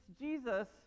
Jesus